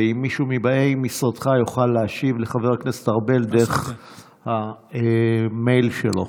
ואם מישהו מבאי משרדך יוכל להשיב לחבר הכנסת ארבל דרך המייל שלו.